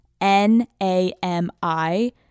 N-A-M-I